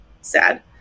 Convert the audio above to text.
sad